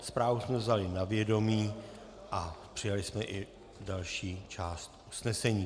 Zprávu jsme vzali na vědomí a přijali jsme i další část usnesení.